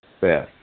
Beth